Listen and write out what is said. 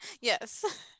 Yes